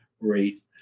rate